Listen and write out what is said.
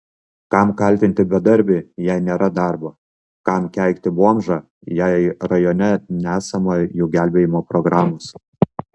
kam kaltinti bedarbį jei nėra darbo kam keikti bomžą jei rajone nesama jų gelbėjimo programos